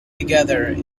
together